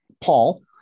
Paul